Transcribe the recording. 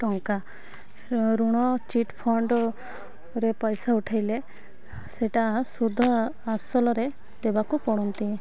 ଟଙ୍କା ଋଣ ଚିଟ୍ଫଣ୍ଡରେ ପଇସା ଉଠାଇଲେ ସେଇଟା ଶୁଦ୍ଧ ଅସଲରେ ଦେବାକୁ ପଡ଼ନ୍ତି